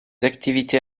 activités